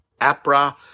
APRA